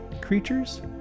creatures